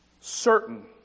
certain